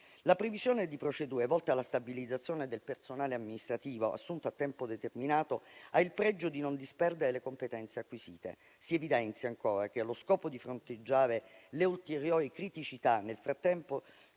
La previsione di procedure volte alla stabilizzazione del personale amministrativo assunto a tempo determinato ha il pregio di non disperdere le competenze acquisite. Si evidenzia ancora che, allo scopo di fronteggiare le ulteriori criticità che nel frattempo